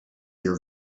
your